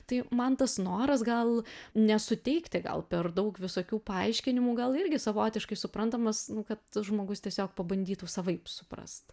tai man tas noras gal nesuteikti gal per daug visokių paaiškinimų gal irgi savotiškai suprantamas kad žmogus tiesiog pabandytų savaip suprast